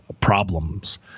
problems